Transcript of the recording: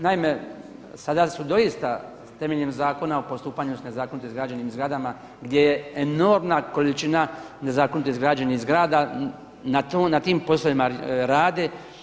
Naime, sada su doista temeljem Zakon o postupanju sa nezakonito izgrađenim zgradama gdje je enormna količina nezakonito izgrađenih zgrada na tim poslovima rade.